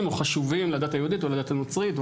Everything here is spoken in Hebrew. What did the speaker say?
או חשובים לדת היהודית או לדת הנוצרית,